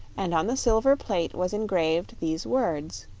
and on the silver plate was engraved these words